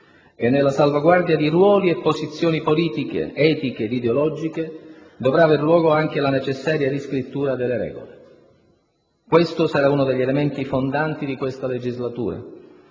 e nella salvaguardia di ruoli e posizioni politiche, etiche ed ideologiche dovrà avere luogo anche la necessaria riscrittura delle regole. Questo sarà uno degli elementi fondanti di questa legislatura